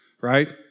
Right